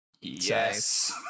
yes